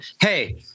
Hey